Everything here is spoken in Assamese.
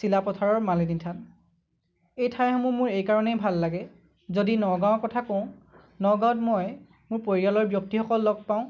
চিলাপথাৰৰ মালিনী থান এই ঠাইসমূহ মোৰ এই কাৰণেই ভাল লাগে যদি নগাঁৱৰ কথা কওঁ নগাঁৱত মই মোৰ পৰিয়ালৰ ব্যক্তিসকল লগ পাওঁ